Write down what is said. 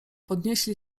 podnieśli